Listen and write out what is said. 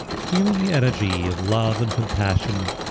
feeling the energy of love and compassion